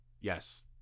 Yes